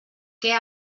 què